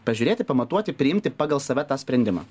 pažiūrėti pamatuoti priimti pagal save tą sprendimą